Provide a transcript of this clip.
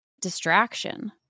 distraction